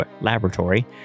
laboratory